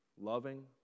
loving